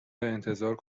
انتظار